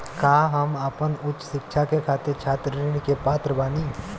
का हम आपन उच्च शिक्षा के खातिर छात्र ऋण के पात्र बानी?